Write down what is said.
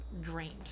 drained